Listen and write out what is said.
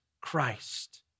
Christ